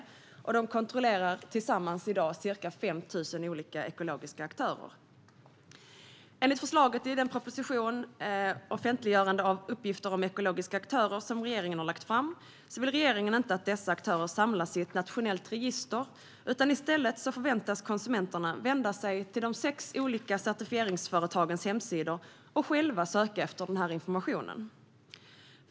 Tillsammans kontrollerar de i dag ca 5 000 olika ekologiska aktörer. Enligt förslaget i propositionen om offentliggörande av uppgifter om ekologiska aktörer, som regeringen har lagt fram, vill regeringen inte att dessa aktörer ska samlas i ett nationellt register. Konsumenterna förväntas i stället vända sig till de sex olika certifieringsföretagens hemsidor och själva söka efter informationen.